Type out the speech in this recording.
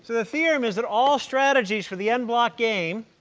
the theorem is that all strategies for the n-block game